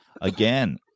again